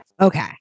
Okay